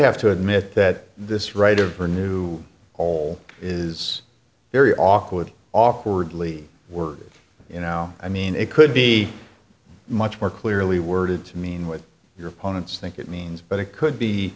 have to admit that this writer for new whole is very awkward awkwardly word you now i mean it could be much more clearly worded to mean with your opponents think it means but it could be